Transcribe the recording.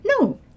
No